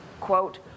quote